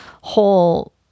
whole